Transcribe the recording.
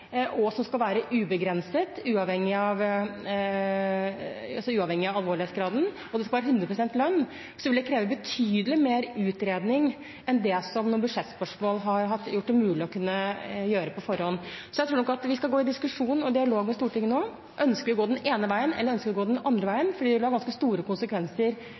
og den skal være ubegrenset, uavhengig av alvorlighetsgraden, og det skal være 100 pst. lønn, vil det kreve betydelig mer utredning enn det som budsjettspørsmål har gjort det mulig å kunne gjøre på forhånd. Så jeg tror nok at vi skal gå i diskusjon og dialog med Stortinget nå: Ønsker vi å gå den ene veien, eller ønsker vi å gå den andre veien? Det vil ha ganske store konsekvenser